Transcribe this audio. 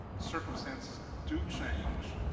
circumstances do change.